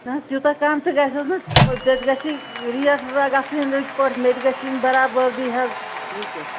نَہ حظ تیوٗتاہ کم تہِ گژھٮ۪س نہٕ ژےٚ تہِ گَژھی ریٹ گژھٕنۍ رٕتۍ پٲٹھۍ مےٚ تہِ گژھِ یِنۍ برابٔدی حظ بے کیاہ